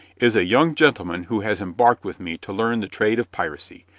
is a young gentleman who has embarked with me to learn the trade of piracy.